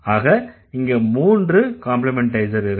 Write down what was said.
ஆக இங்க மூன்று காம்ப்ளிமண்டைசர் இருக்கு